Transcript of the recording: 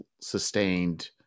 sustained